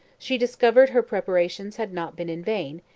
she discovered her preparations had not been in vain,